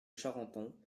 charenton